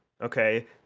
okay